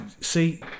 See